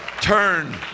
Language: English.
turn